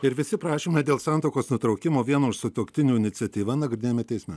ir visi prašymai dėl santuokos nutraukimo vieno iš sutuoktinių iniciatyva nagrinėjami teisme